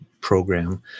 program